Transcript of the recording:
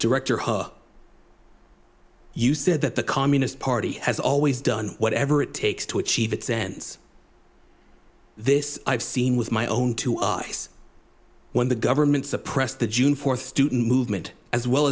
director hook you said that the communist party has always done whatever it takes to achieve its ends this i've seen with my own two eyes when the government suppressed the june fourth student movement as well